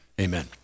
Amen